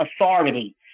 authority